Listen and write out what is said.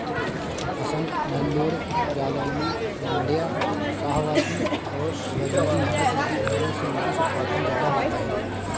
हसन, नैल्लोर, जालौनी, माण्ड्या, शाहवादी और बजीरी नस्ल की भेंड़ों से माँस उत्पादन ज्यादा होता है